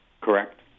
Correct